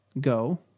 go